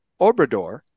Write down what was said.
Obrador